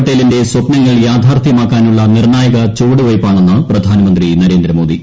പട്ടേലിന്റെ സ്വപ്നങ്ങൾ ്യൂഥ്യാർത്ഥ്യമാക്കാനുള്ള നിർണ്ണായക ചുവടുവയ്പ്പാണെന്ന് പ്രധാന്മന്ത്രി നരേന്ദ്രമോദി